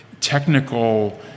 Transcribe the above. technical